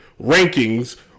rankings